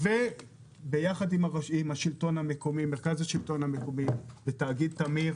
יחד עם מרכז השלטון המקומי ותאגיד תמי"ר